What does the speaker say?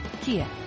Kia